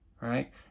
right